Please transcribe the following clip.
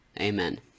amen